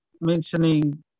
mentioning